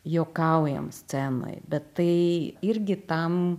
juokaujam scenoj bet tai irgi tam